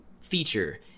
feature